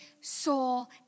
soul